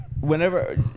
Whenever